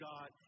God